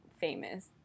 famous